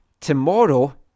Tomorrow